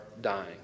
dying